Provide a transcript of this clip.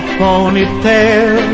ponytail